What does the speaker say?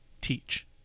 teach